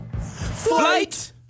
Flight